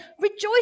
rejoice